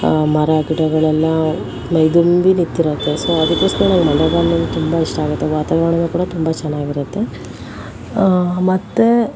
ಮರ ಗಿಡಗಳೆಲ್ಲ ಮೈದುಂಬಿ ನಿಂತಿರತ್ತೆ ಸೊ ಅದಕ್ಕೋಸ್ಕರ ಮಳೆಗಾಲನ ತುಂಬ ಇಷ್ಟ ಆಗತ್ತೆ ವಾತಾವರಣನೂ ಕೂಡ ತುಂಬ ಚೆನ್ನಾಗಿರತ್ತೆ ಮತ್ತೇ